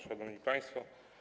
Szanowni Państwo!